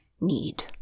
need